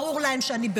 ברור להם שנהפוך הוא,